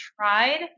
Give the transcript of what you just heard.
tried